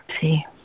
see